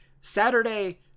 Saturday